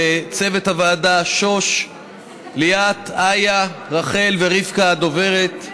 לצוות הוועדה שוש, ליאת, איה, רחל ורבקה הדוברת,